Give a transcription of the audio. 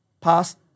past